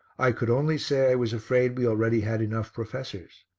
i could only say i was afraid we already had enough professors.